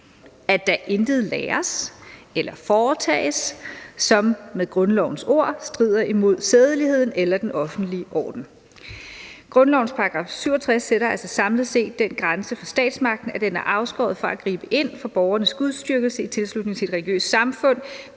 at der intet læres eller foretages, som med grundlovens ord strider imod sædeligheden eller den offentlige orden. Grundlovens § 67 sætter altså samlet set den grænse for statsmagten, at den er afskåret fra at gribe ind over for borgernes gudsdyrkelse i tilslutning til et religiøst samfund,